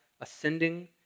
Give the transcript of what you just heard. ascending